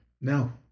no